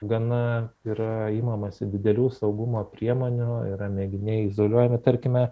gana yra imamasi didelių saugumo priemonių yra mėginiai izoliuojami tarkime